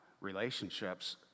relationships